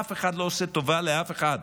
אף אחד לא עושה טובה לאף אחד.